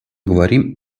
говорим